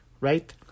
right